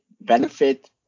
benefit